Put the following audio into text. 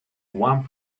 one